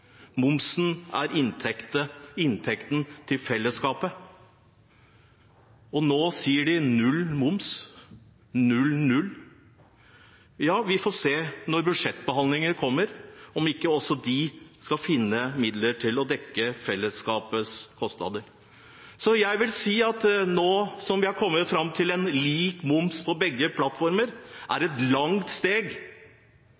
momsen. Momsen er inntekten til fellesskapet. Nå sier de null moms – 0–0. Ja, vi får se når budsjettbehandlingen kommer, om ikke også de må finne midler til å dekke fellesskapets kostnader. Det at vi har kommet fram til lik moms på begge plattformer, er